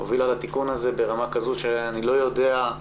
היא הובילה לתיקון הזה ברמה כזאת שאני לא יודע,